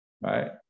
right